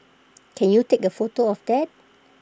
can you take A photo of that